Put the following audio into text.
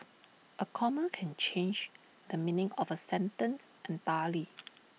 A comma can change the meaning of A sentence entirely